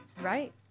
Right